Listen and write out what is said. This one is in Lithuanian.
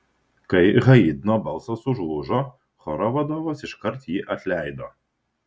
kai haidno balsas užlūžo choro vadovas iškart jį atleido